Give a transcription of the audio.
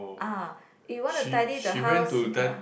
ah you want to tidy the house you can